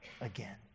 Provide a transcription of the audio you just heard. again